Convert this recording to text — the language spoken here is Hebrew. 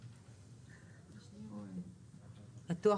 פה,